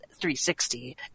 360